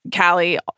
Callie